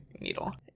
needle